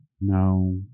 No